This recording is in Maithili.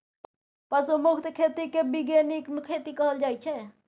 पशु मुक्त खेती केँ बीगेनिक खेती कहल जाइ छै